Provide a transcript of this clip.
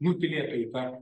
nutylėtoji ta